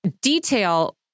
detail